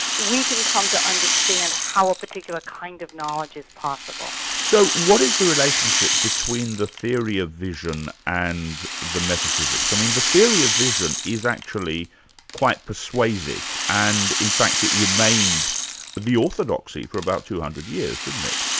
we can come to understand how a particular kind of knowledge is possible. so what is the relationship between the theory of vision and the metaphysics? i mean the theory of vision is actually quite persuasive, and in fact it remained the orthodoxy for about two hundred years, didn't it?